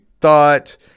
thought